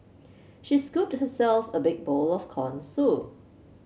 she scooped herself a big bowl of corn soup